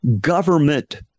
government